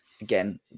Again